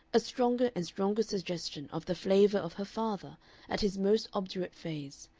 a stronger and stronger suggestion of the flavor of her father at his most obdurate phase,